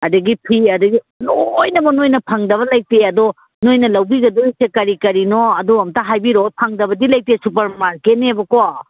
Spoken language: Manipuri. ꯑꯗꯒꯤ ꯐꯤ ꯑꯗꯒꯤ ꯂꯣꯏꯅꯃꯛ ꯅꯣꯏꯅ ꯐꯪꯗꯕ ꯂꯩꯇꯦ ꯑꯗꯣ ꯅꯣꯏꯅ ꯂꯧꯕꯤꯒꯗꯣꯏꯁꯦ ꯀꯔꯤ ꯀꯔꯤꯅꯣ ꯑꯗꯣ ꯑꯝꯇ ꯍꯥꯏꯕꯤꯔꯛꯑꯣ ꯐꯪꯗꯕꯗꯤ ꯂꯩꯇꯦ ꯁꯨꯄꯔ ꯃꯥꯔꯀꯦꯠꯅꯦꯕꯀꯣ